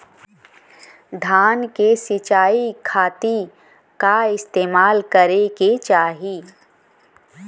धान के सिंचाई खाती का इस्तेमाल करे के चाही?